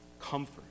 comfort